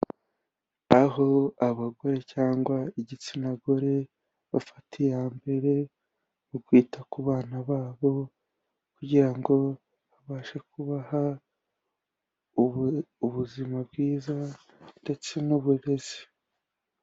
Aho abagore cyangwa igitsina gore bafata iyambere mu kwita ku bana babo kugira ngo babashe kubaha ubuzima bwiza ndetse n'uburezi.